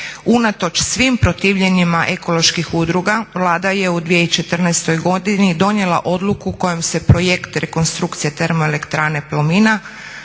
Unatoč svim protivljenjima ekoloških udruga Vlada je u 2014.godini donijela odluku kojom se Projekt Rekonstrukcija TE Plomina